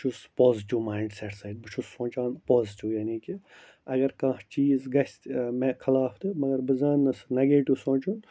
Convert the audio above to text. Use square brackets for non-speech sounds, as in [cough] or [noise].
بہٕ چھُس positive mind [unintelligible] بہٕ چھُس سونٛچان پازٹِو یعنی کہِ اَگر کانٛہہ چیٖز گژھِ تہِ مےٚ خلاف تہٕ مگر بہٕ زانہٕ سُہ نَگیٹِو سونٛچُن